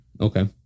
Okay